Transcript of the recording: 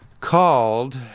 called